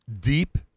deep